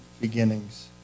beginnings